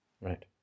Right